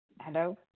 Hello